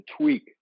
tweak